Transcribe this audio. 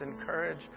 encourage